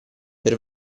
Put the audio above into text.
per